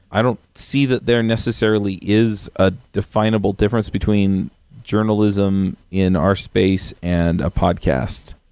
i don't see that there necessarily is ah definable difference between journalism in our space and a podcast.